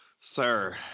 Sir